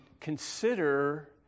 consider